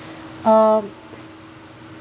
um